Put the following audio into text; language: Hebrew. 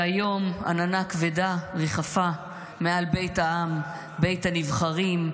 והיום עננה כבדה ריחפה מעל בית העם, בית הנבחרים,